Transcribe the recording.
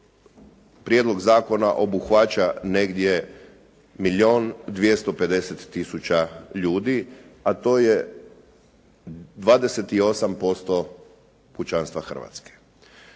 prijedlog zakona obuhvaća negdje milijun 250 tisuća ljudi, a to je 28% pučanstva Hrvatske.